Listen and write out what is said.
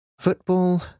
Football